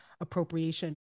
appropriation